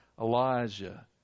Elijah